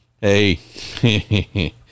hey